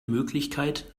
möglichkeit